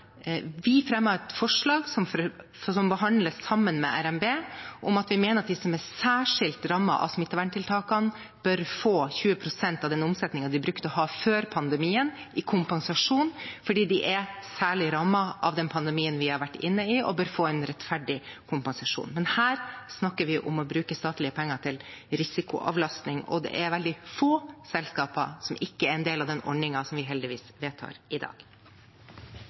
vi mener at de som er særskilt rammet av smitteverntiltakene, bør få 20 pst. av den omsetningen de brukte å ha før pandemien, i kompensasjon, fordi de er særlig rammet av den pandemien vi har vært inne i, og bør få en rettferdig kompensasjon. Men her snakker vi om å bruke statlige penger til risikoavlastning, og det er veldig få selskaper som ikke er en del av den ordningen som vi heldigvis vedtar i dag.